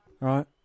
right